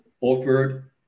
offered